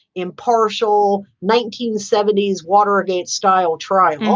impartial, nineteen seventy s watergate style trial.